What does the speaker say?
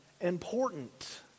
important